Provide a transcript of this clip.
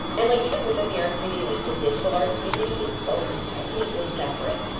and like even within the art community, like the digital art community is so completely separate.